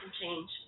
change